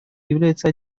является